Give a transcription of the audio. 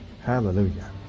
Hallelujah